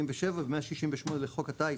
47 ו- 168 לחוק הטיס,